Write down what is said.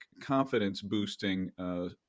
confidence-boosting